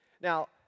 Now